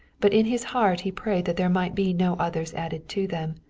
but in his heart he prayed that there might be no others added to them,